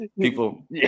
People